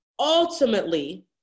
ultimately